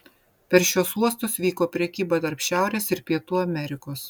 per šiuos uostus vyko prekyba tarp šiaurės ir pietų amerikos